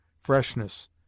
freshness